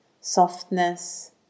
softness